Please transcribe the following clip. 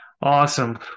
awesome